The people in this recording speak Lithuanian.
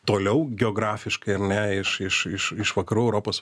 toliau geografiškai ar ne iš iš iš iš vakarų europos